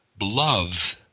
love